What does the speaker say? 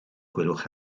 gwelwch